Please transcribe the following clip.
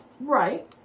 Right